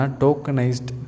tokenized